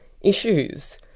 issues